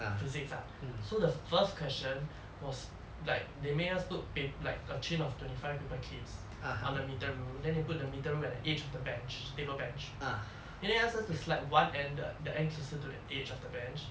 physics ah so the first question was like they make us put pap~ like a chain of twenty five paper clips on a metre rule then they put the metre rule at the edge of the bench table bench and then ask us to slide one end the the end closer to the edge of the bench